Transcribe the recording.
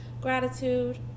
gratitude